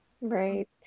Right